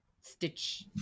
stitch